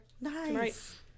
Nice